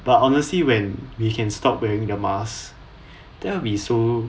but honestly when we can stop wearing the mask that'll be so